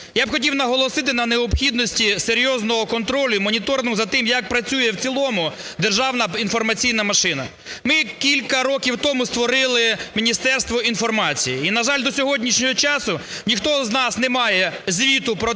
Я б хотів наголосити на необхідності серйозного контролю і моніторингу за тим, як працює в цілому державна інформаційна машина. Ми кілька років тому створили Міністерство інформації, і, на жаль, до сьогоднішнього часу ніхто з нас не має звіту про